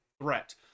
threat